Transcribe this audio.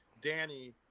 Danny